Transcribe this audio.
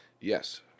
Yes